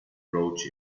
broach